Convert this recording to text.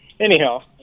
Anyhow